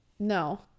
no